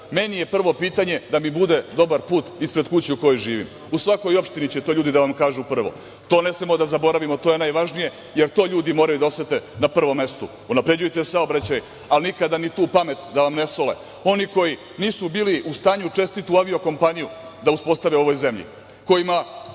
meni je prvo pitanje da mi bude dobar put ispred kuće u kojoj živim. U svakoj opštini će to ljudi da vam kažu prvo. To ne smemo da zaboravimo, to je najvažnije, jer to ljudi moraju da osete na prvom mestu. Unapređujte saobraćaj, ali nikada ni tu pamet da vam ne sole oni koji nisu bili u stanju čestitu avio-kompaniju da uspostave u ovoj zemlji, kojima